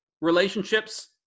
relationships